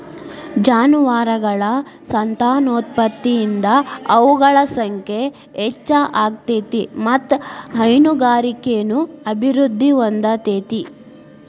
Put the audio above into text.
ಜಾನುವಾರಗಳ ಸಂತಾನೋತ್ಪತ್ತಿಯಿಂದ ಅವುಗಳ ಸಂಖ್ಯೆ ಹೆಚ್ಚ ಆಗ್ತೇತಿ ಮತ್ತ್ ಹೈನುಗಾರಿಕೆನು ಅಭಿವೃದ್ಧಿ ಹೊಂದತೇತಿ